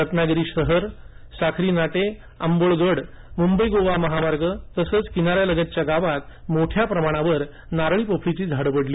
रत्नागिरी शहर साखरीनाटे आंबोळगड मुंबई गोवा महामार्ग तसंच किनाऱ्यालगतच्या गावांत मोठ्या प्रमाणावर नारळी पोफळीची झाडं पडली